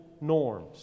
norms